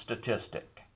statistic